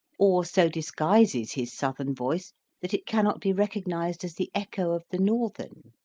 or so disguises his southern voice that it cannot be recognised as the echo of the northern?